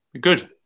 Good